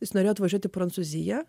jūs norėjote važiuoti prancūzija